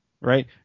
right